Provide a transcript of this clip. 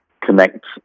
connect